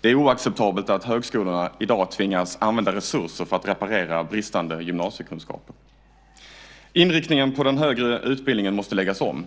Det är oacceptabelt att högskolorna i dag tvingas använda resurser till att reparera bristande gymnasiekunskaper. Inriktningen på den högre utbildningen måste läggas om.